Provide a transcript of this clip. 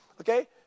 Okay